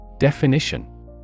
Definition